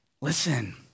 Listen